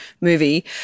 movie